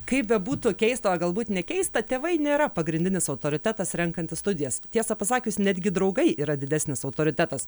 kaip bebūtų keista o galbūt ne keista tėvai nėra pagrindinis autoritetas renkantis studijas tiesą pasakius netgi draugai yra didesnis autoritetas